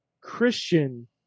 Christian